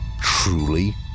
truly